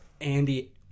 Andy